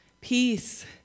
Peace